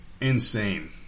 insane